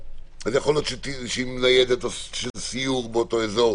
יכול להיות שניידת סיור באותו אזור